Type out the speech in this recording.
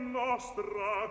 nostra